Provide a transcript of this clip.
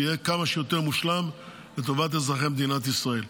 כדי שיהיה כמה שיותר מושלם לטובת אזרחי מדינת ישראל.